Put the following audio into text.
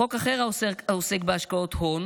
חוק אחר העוסק בהשקעות הון